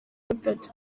robert